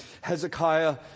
Hezekiah